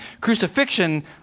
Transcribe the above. crucifixion